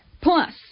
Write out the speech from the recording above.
Plus